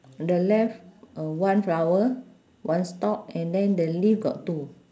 the left uh one flower one stalk and then the leaf got two